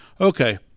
okay